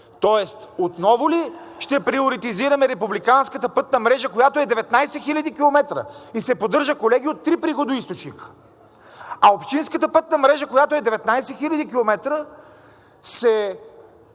тоест отново ли ще приоритизираме републиканската пътна мрежа, която е 19 000 км и се поддържа, колеги, от три приходоизточника. Общинската пътна мрежа, която е 19 000 км, се